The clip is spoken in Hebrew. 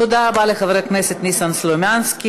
תודה רבה לחבר הכנסת ניסן סלומינסקי.